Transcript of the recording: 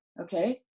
okay